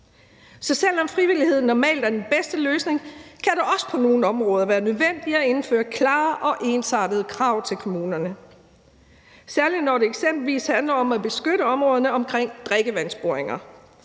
Så selv om frivillighed normalt er den bedste løsning, kan det også på nogle områder være nødvendigt at indføre klare og ensartede krav til kommunerne, særlig når det eksempelvis handler om at beskytte områderne omkring drikkevandsboringer.